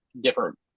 different